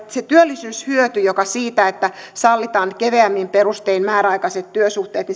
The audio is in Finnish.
se työllisyyshyöty joka tulee siitä että sallitaan keveämmin perustein määräaikaiset työsuhteet